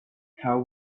how